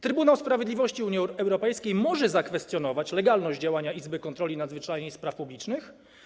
Trybunał Sprawiedliwości Unii Europejskiej może zakwestionować legalność działania Izby Kontroli Nadzwyczajnej i Spraw Publicznych.